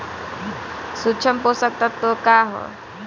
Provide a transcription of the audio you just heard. सूक्ष्म पोषक तत्व का ह?